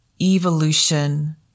evolution